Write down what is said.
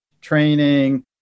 training